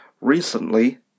recently